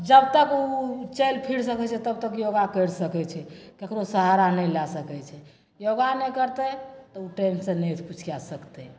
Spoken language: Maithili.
जबतक ऊ चैल फिर सकै छै तबतक योगा कैर सकै छै केकरो सहारा नै लै सकै छै योगा नै करतै तऽ ऊ टेन्शने कुछ कै सकतै